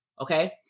Okay